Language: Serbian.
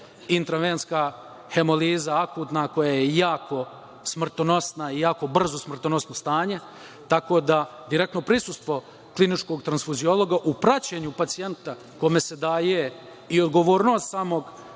intravenska hemoliza, akutna, koja je jako smrtonosna i jako brzo smrtonosno stanje, tako da direktno prisustvo kliničkog transfuziologa u praćenju pacijenta kome se daje i odgovornost samog